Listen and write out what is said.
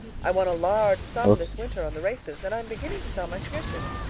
i won a large sum this winter on the races, and i am beginning to sell my sketches.